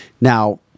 Now